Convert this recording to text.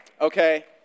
Okay